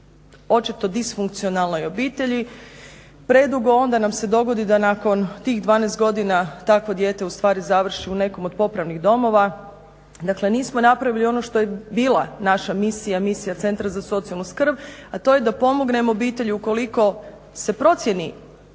očito, disfunkcionalnoj obitelji, predugo, onda nam se dogodi da nakon tih 12 godina takvo dijete ustvari završi u nekom od popravnih domova. Dakle, nismo napravili ono što je bila naša misija, misija centra za socijalnu skrb, a to je da pomognemo obitelji ukoliko se procjeni,